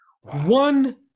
One